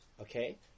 okay